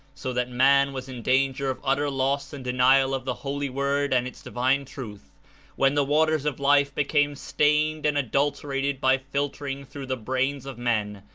so that man was in danger of utter, loss and denial of the holy word and its divine truth when the waters of life became stained and adulter ated by filtering through the brains of men,